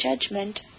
judgment